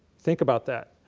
think about that.